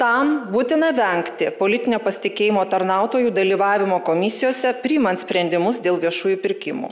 tam būtina vengti politinio pasitikėjimo tarnautojų dalyvavimo komisijose priimant sprendimus dėl viešųjų pirkimų